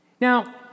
now